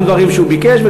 גם דברים שהוא ביקש,